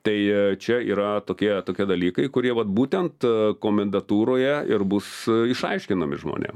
tai čia yra tokie tokie dalykai kurie vat būtent komendantūroje ir bus išaiškinami žmonėm